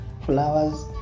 flowers